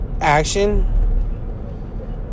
action